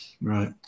Right